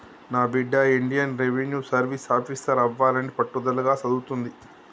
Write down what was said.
నా బిడ్డ Indian revenue service officer అవ్వాలని పట్టుదలగా సదువుతుంది